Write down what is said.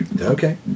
Okay